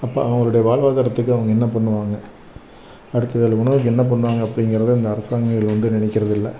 அப்போ அவங்களுடைய வாழ்வாதாரத்துக்கு அவங்க என்ன பண்ணுவாங்க அடுத்த வேளை உணவுக்கு என்ன பண்ணுவாங்க அப்படிங்கிறத இந்த அரசாங்க இதில் வந்து நினைக்கிறது இல்லை